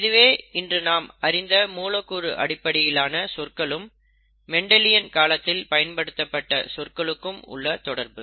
இதுவே இன்று நாம் அறிந்த மூலக்கூறு அடிப்படையிலான சொற்களுக்கும் மெண்டலியன் காலத்தில் பயன்படுத்தப்பட்ட சொற்களுக்கும் உள்ள தொடர்பு